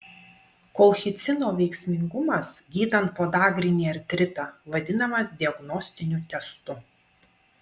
kolchicino veiksmingumas gydant podagrinį artritą vadinamas diagnostiniu testu